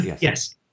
yes